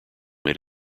made